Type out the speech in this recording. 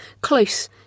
close